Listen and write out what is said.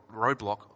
roadblock